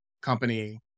company